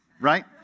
right